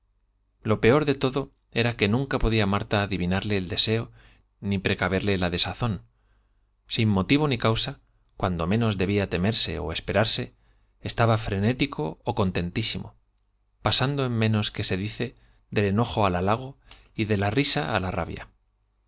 lo peor de todo era que nunca podía parase la desazón marta adivinarle el deseo ni precaverle debía temerse ó sin motivo ni causa cuando menos estaba frenético ó contentísimo pasando esperarse la risa en menos se dice del enojo al halago y de que á la rabia